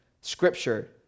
Scripture